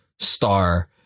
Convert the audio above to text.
Star